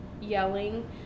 yelling